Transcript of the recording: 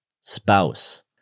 spouse